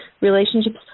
relationships